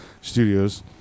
studios